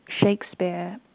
Shakespeare